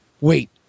Wait